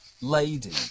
Lady